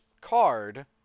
card